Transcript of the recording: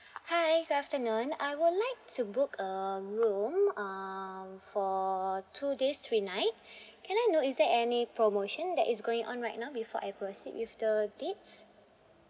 hi good afternoon I would like to book a room um for two days three night can I know is there any promotion that is going on right now before I proceed with the dates